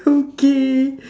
okay